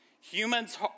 Humans